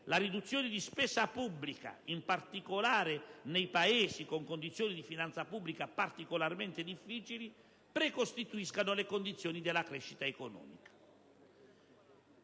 la riduzione della spesa pubblica, in particolare nei Paesi con condizioni di finanza pubblica particolarmente difficili, precostituisca le condizioni della crescita economica.